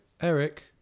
Eric